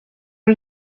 are